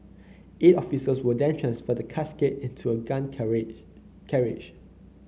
eight officers will then transfer the casket into a gun carriage carriage